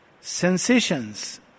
sensations